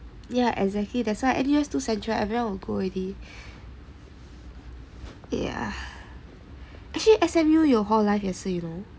yeah exactly that's why N_U_S too central everyone will go already ya actually S_M_U 有 hall life 也是 you know